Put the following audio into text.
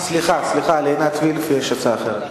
סליחה, לעינת וילף יש הצעה אחרת.